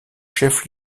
chef